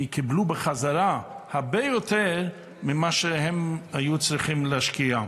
כי הן קיבלו בחזרה הרבה יותר ממה שהן היו צריכות להשקיע.